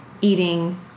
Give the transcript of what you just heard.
eating